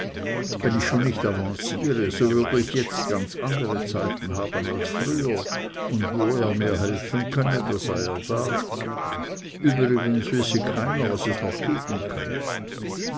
wenn ich schon nicht avanciere so würde ich jetzt ganz andere zeiten haben als früher und wo er mir helfen könne da sei er da übrigens wisse keiner was es noch geben könne